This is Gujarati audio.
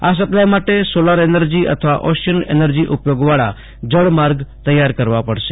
આ સપ્લાય માટે સોલાર એનર્જી અથવા ઓશિયન એનર્જી ઉપયોગ વાળા જળમાર્ગ તૈયાર કરવા પકશે